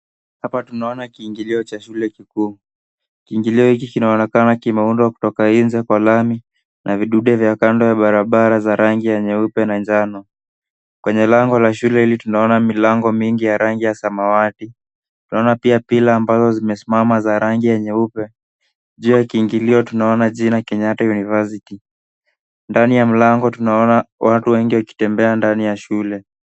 Hapa tunaona kiingilio cha shule kikuu. Kiingilio hiki kinaonekana kimeundwa kutoka nje kwa lami na vidudu vya kando ya barabara za rangi ya nyeupe na njano. Kwenye lango la shule hili tunaona milango mingi ya rangi ya samawati. Tunaona pia pillar ambazo zimesimama za rangi ya nyeupe. Juu ya kiingilio tunaona jina Kenyatta University . Ndani ya mlango tunaona watu wengi wakitembea ndani ya shule.